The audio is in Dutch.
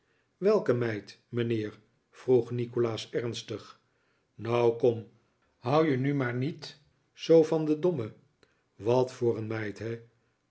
welke meid mijnheer vroeg nikolaas efnstig nou kom houd je nu maar niet zoo van den domme wat voor een meid he